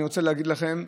אני רוצה להגיד לכם,